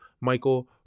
Michael